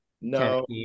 No